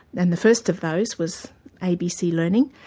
and the first of those was abc learning,